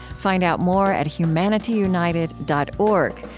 find out more at humanityunited dot org,